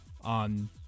on